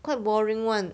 quite boring [one]